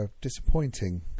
disappointing